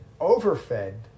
overfed